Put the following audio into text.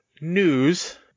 news